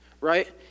right